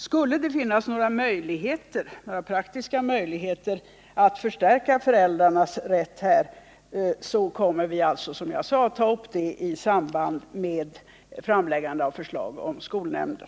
Skulle det finnas några praktiska möjligheter att förstärka föräldrarnas rätt kommer vi, som jag sade, att ta upp det i samband med framläggande av förslag om skolnämnder.